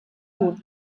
uhr